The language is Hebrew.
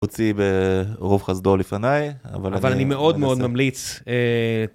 הוציא ברוב חסדו לפניי אבל אני מאוד מאוד ממליץ.